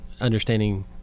understanding